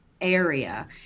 area